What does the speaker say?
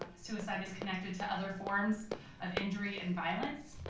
suicide is connected to other forms of injury and violence,